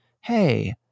Hey